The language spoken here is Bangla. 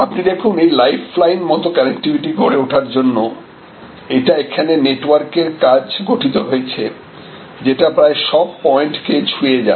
আপনি দেখুন এই লাইফ লাইন মত কানেক্টিভিটি গড়ে ওঠার জন্যএটা এখানে নেটওয়ার্কের কান্ড গঠিত হয়েছে যেটা প্রায় সব পয়েন্টকে ছুঁয়ে যায়